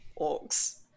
orcs